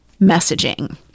messaging